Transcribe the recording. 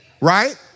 right